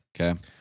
Okay